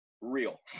real